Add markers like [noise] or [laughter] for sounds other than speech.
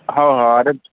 हो हो [unintelligible]